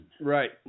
Right